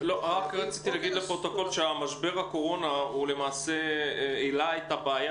משבר הקורונה העלה למעשה את הבעיה